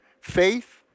faith